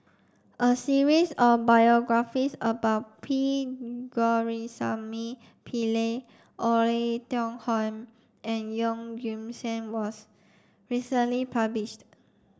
a series of biographies about P Govindasamy Pillai Oei Tiong Ham and Yeoh Ghim Seng was recently published